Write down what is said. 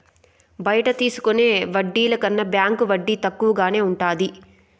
బయట తీసుకునే వడ్డీల కన్నా బ్యాంకు వడ్డీ తక్కువగానే ఉంటది